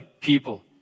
people